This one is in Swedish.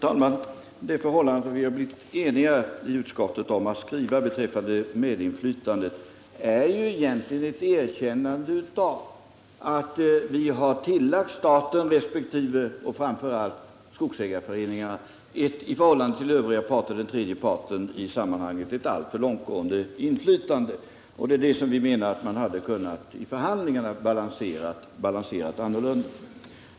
Herr talman! Det förhållandet att vi i utskottet blivit eniga om skrivningen beträffande medinflytandet är egentligen ett erkännande av att vi tillagt staten och framför allt skogsägarföreningarna ett i förhållande till den tredje parten alltför långtgående inflytande. Vi anser att man i förhandlingarna borde ha kunnat balansera detta.